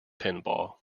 pinball